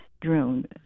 drone